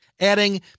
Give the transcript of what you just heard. Adding